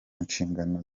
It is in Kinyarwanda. nshingano